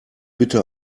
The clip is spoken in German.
bitte